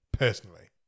personally